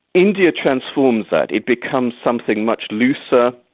india transforms that. it becomes something much looser,